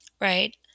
right